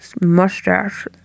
mustache